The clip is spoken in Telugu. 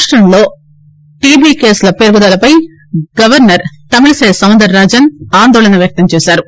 రాష్టంలో టీబీ కేసుల పెరుగుదలపై గవర్నర్ తమిళిసై సౌందరరాజన్ ఆందోళన వ్యక్తం చేశారు